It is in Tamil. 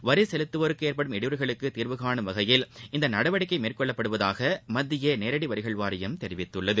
வரி செலுத்துவோருக்கு ஏற்படும் இடையூறுகளுக்கு தீர்வு கானும் வகையில் இந்த நடவடிக்கை மேற்கொள்ளப்படுவதாக மத்திய தேரடி வரிகள் வாரியம் தெரிவித்துள்ளது